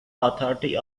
authority